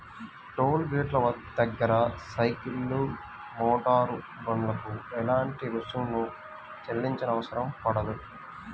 toll గేటుల దగ్గర సైకిళ్లకు, మోటారు బండ్లకు ఎలాంటి రుసుమును చెల్లించనవసరం పడదు